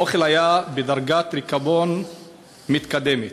האוכל היה בדרגת ריקבון מתקדמת.